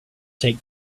take